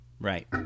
Right